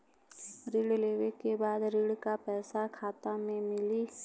ऋण लेवे के बाद ऋण का पैसा खाता में मिली?